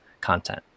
content